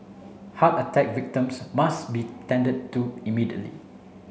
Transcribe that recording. heart attack victims must be tended to immediately